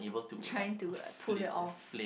trying to like pull it off